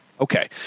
Okay